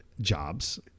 jobs